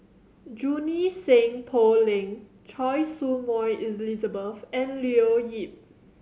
Junie Sng Poh Leng Choy Su Moi Elizabeth and Leo Yip